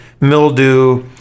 mildew